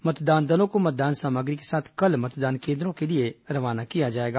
मतदान दलों को मतदान सामग्री के साथ कल मतदान केन्द्रों के लिए रवाना किया जाएगा